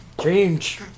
Change